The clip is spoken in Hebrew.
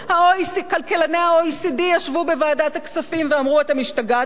כלכלני ה-OECD ישבו בוועדת הכספים ואמרו: אתם השתגעתם?